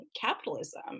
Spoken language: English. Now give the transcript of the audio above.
capitalism